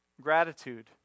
gratitude